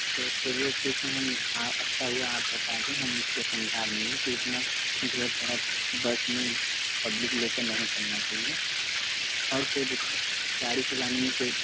अच्छा चलिए ठीक है हम आप अच्छा हुआ आप बता दीं हम उसको समझा देंगे कि इतना ढेर सारा बस में पब्लिक लेकर नहीं चलना चाहिए और कोई दिक्कत गाड़ी चलाने में कोई